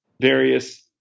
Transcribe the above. various